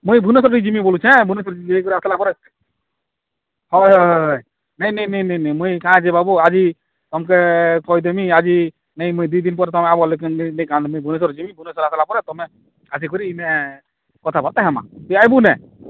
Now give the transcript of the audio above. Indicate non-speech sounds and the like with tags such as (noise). ମୁଇଁ ଭୁବେନେଶ୍ୱର ଟିକେ ଯିବି ବୋଲୁଛେ ମନେ କରି ଯାଇକରି ଆସିଲା ପରେ ହଏ ହଏ ନାଇଁ ନାଇଁ ନାଇଁ ନାଇଁ ମୁଇଁ କାଁ କେ ବାବୁ ଆଜି ତମକେ କହିଦେମି ଆଜି ନାଇଁ ମୁଇଁ ଦୁଇ ଦିନ ପରେ ତୁମେ ଆଇବ ବୋଲେ (unintelligible) ଭୁବେନେଶ୍ୱର ଜିମି ଭୁବେନେଶ୍ୱର ଆସିଲା ପରେ ତୁମେ ଆସିକରି ଏଇନେ କଥାବର୍ତ୍ତା ହେମା ଏ ଆଇବୁ ନେ